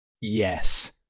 Yes